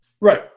Right